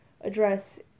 address